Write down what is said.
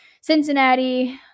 Cincinnati